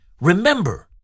remember